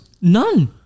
None